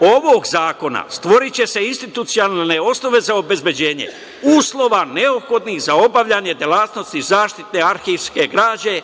ovog zakona stvoriće se institucionalne osnove za obezbeđenje uslova neophodnih za obavljanje delatnosti zaštite arhivske građe